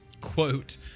quote